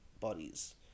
bodies